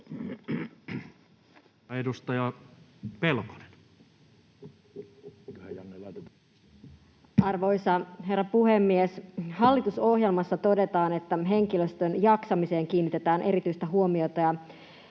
Content: Arvoisa herra puhemies! Hallitusohjelmassa todetaan, että henkilöstön jaksamiseen kiinnitetään erityistä huomiota ja